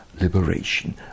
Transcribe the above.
liberation